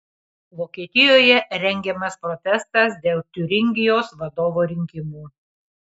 vokietijoje rengiamas protestas dėl tiuringijos vadovo rinkimų